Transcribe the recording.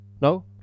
no